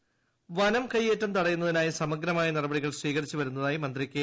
രാജു വനം കയ്യേറ്റം തടയൂന്നതിനായി സമഗ്രമായ നടപടികൾ സ്വീകരിച്ചുവരുന്നതായി മ്ന്ത്രി കെ